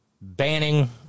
banning